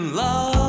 love